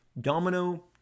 domino